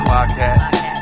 Podcast